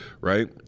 right